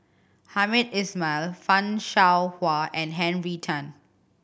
Hamed Ismail Fan Shao Hua and Henry Tan